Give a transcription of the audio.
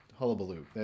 hullabaloo